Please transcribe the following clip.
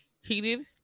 Heated